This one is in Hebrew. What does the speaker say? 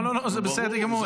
לא, לא, לא, זה בסדר גמור.